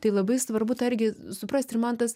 tai labai svarbu tą irgi suprasti ir man tas